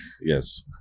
Yes